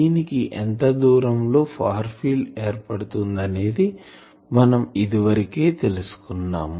దీనికి ఎంత దూరం లో ఫార్ ఫీల్డ్ ఏర్పడుతుంది అనేది మనం ఇదివరకే తెలుసుకున్నాం